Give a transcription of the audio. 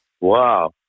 Wow